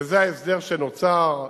וזה ההסדר שנוצר.